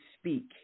speak